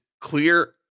clear